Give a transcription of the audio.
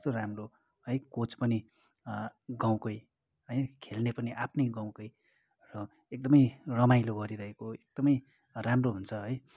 कस्तो राम्रो है कोच पनि गाउँकै है खेल्ने पनि आफ्नै गाउँकै र एकदमै रमाइलो गरिरहेको एकदमै राम्रो हुन्छ है